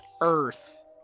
earth